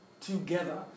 together